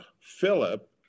Philip